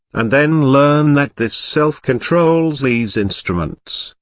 and then learn that this self controls these instruments,